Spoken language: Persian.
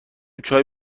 چای